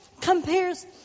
compares